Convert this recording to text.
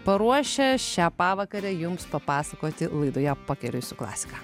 paruošę šią pavakarę jums papasakoti laidoje pakeliui su klasika